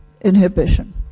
inhibition